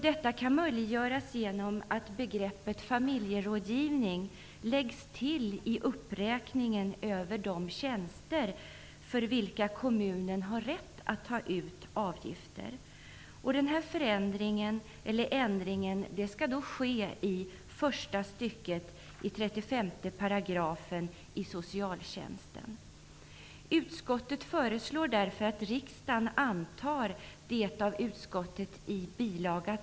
Detta kan möjliggöras genom att begreppet familjerådgivning läggs till i uppräkningen över de tjänster för vilka kommunen har rätt att ta ut avgifter. Denna ändring skall ske 35 § 1 st i socialtjänstlagen. Utskottet föreslår därför att riksdagen antar det av utskottet i bil.